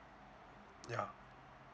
yeah